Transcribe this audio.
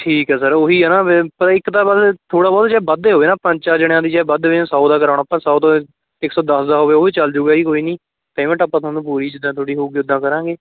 ਠੀਕ ਹੈ ਸਰ ਉਹ ਹੀ ਆ ਨਾ ਫਿਰ ਇੱਕ ਤਾਂ ਬੱਸ ਥੋੜਾ ਬਹੁਤਾ ਚਾਹੇ ਵੱਧ ਹੀ ਹੋਵੇ ਪੰਜ ਚਾਰ ਜਣਿਆ ਦੀ ਜੇ ਵੱਧ ਸੌ ਦਾ ਕਰਾਵਾਗੇ ਆਪਾਂ ਸੌ ਤੋਂ ਇੱਕ ਸੌ ਦਸ ਦਾ ਹੋਵੇ ਉਹ ਵੀ ਚੱਲ ਜਾਵੇਗਾ ਜੀ ਕੋਈ ਨੀ ਪੇਮੈਂਟ ਆਪਾਂ ਤੁਹਾਨੂੰ ਪੂਰੀ ਜਿੱਦਾਂ ਤੁਹਾਡੀ ਹੋਊਗੀ ਉੱਦਾਂ ਕਰਾਂਗੇ